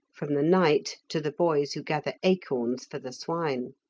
from the knight to the boys who gather acorns for the swine.